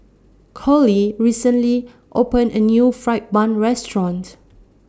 Collie recently opened A New Fried Bun restaurants